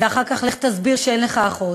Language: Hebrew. ואחר כך לך תסביר שאין לך אחות,